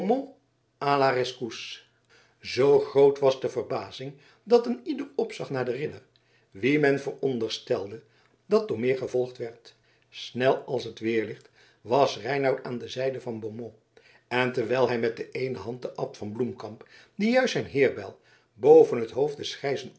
zoo groot was de verbazing dat een ieder opzag naar den ridder wien men veronderstelde dat door meer gevolgd werd snel als het weerlicht was reinout aan de zijde van beaumont en terwijl hij met de eene hand den abt van bloemkamp die juist zijn heirbijl boven het hoofd des